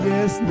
Yes